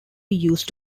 used